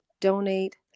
donate